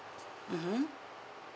mmhmm